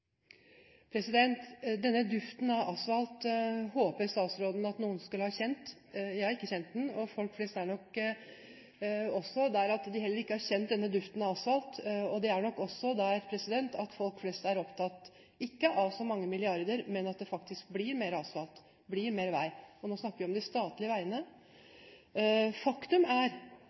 Denne duften av asfalt håper statsråden at noen skulle ha kjent. Jeg har ikke kjent den, og folk flest har nok heller ikke kjent denne duften av asfalt. Vi er nok der at folk flest er ikke opptatt av så mange milliarder, men av at det faktisk blir mer asfalt, blir mer vei. Og nå snakker vi om de statlige veiene. Faktum er